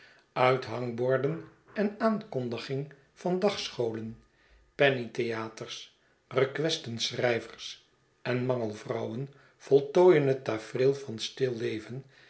uithangborden en aankondiging van dag scholen pennytheaters requestenschrijvers en mangel vrouwen voltooien het tafereel van